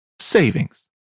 savings